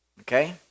Okay